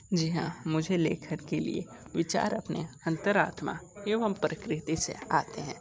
जी हाँ मुझे लेखक के लिए विचार अपने अंतर आत्मा एवं प्रकृति से आते हैं